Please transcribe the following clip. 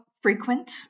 frequent